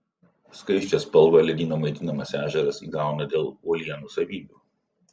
skaisčią spalvą ledyno maitinamas ežeras įgauna dėl uolienų savybių